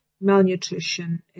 malnutrition